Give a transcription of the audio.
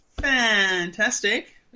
Fantastic